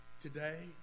today